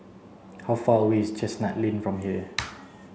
how far away is Chestnut Lane from here